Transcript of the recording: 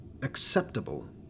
acceptable